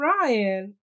Ryan